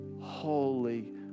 Holy